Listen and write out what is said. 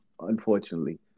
Unfortunately